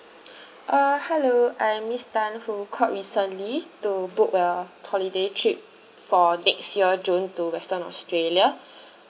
uh hello I am miss tan who called recently to book a holiday trip for next year june to western australia